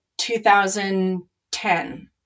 2010